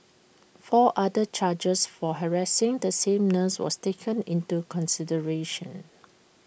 four other charges for harassing the same nurse was taken into consideration